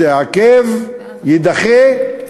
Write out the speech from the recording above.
יתעכב, יידחה,